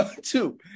two